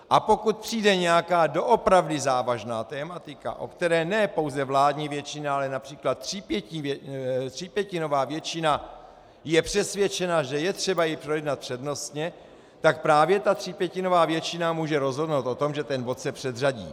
A pokud přijde nějaká doopravdy závažná tematika, o které ne pouze vládní většina, ale například třípětinová většina je přesvědčena, že je třeba ji projednat přednostně, tak právě ta třípětinová většina může rozhodnout o tom, že ten bod se předřadí.